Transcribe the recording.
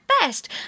best